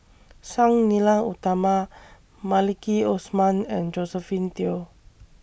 Sang Nila Utama Maliki Osman and Josephine Teo